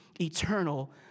eternal